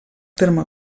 terme